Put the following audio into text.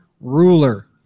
ruler